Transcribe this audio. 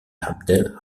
abdel